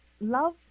love